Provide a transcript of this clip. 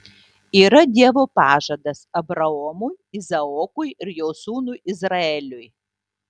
yra dievo pažadas abraomui izaokui ir jo sūnui izraeliui